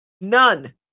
None